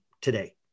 today